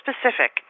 specific